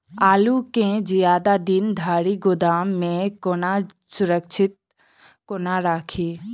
आलु केँ जियादा दिन धरि गोदाम मे कोना सुरक्षित कोना राखि?